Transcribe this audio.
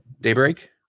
daybreak